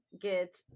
get